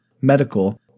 medical